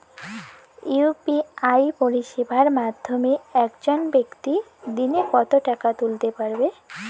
UPI পরিষেবার মাধ্যমে একজন ব্যাক্তি দিনে কত টাকা তুলতে পারবে?